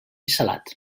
salat